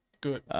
Good